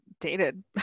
dated